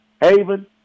Haven